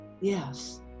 yes